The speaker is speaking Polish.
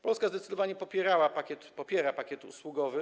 Polska zdecydowanie popierała i popiera pakiet usługowy.